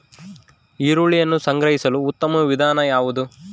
ಈರುಳ್ಳಿಯನ್ನು ಸಂಗ್ರಹಿಸಲು ಉತ್ತಮ ವಿಧಾನ ಯಾವುದು?